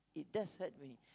it does hurt me